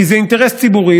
כי זה אינטרס ציבורי,